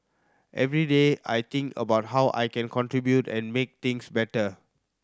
every day I think about how I can contribute and make things better